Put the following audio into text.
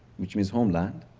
which is homeland,